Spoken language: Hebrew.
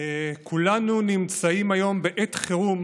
כולנו נמצאים היום בעת חירום